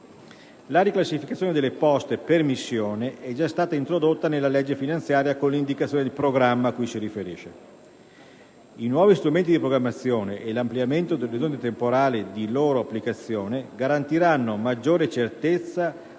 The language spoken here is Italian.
La riclassificazione delle poste per missione è già stata introdotta nella legge finanziaria con l'indicazione del programma a cui si riferisce. I nuovi strumenti di programmazione e l'ampliamento dell'orizzonte temporale di loro applicazione garantiranno una maggiore certezza